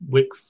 Wix